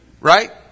Right